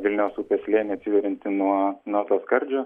vilnios upės slėnį atsiveriantį nuo nuo to skardžio